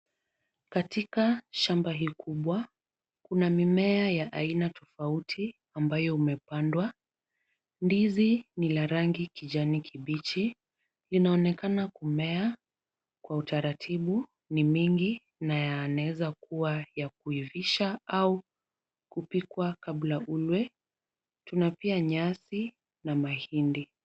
Katika shamba hii kubwa, kuna mimea ya aina tofauti ambayo umepandwa, ndizi ni la rangi kijani kibichi. Inaonekana kumea kwa utaratibu, ni mingi na yanawezakua ya kuivishwa au kupikwa kabla ule na tuna pia nyasi na mahindi.